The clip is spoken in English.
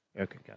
Okay